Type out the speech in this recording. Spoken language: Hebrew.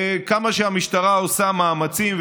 המשטרה עושה מאמצים,